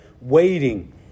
waiting